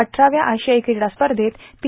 अठराव्या आशियाई क्रीडा स्पर्धेत पी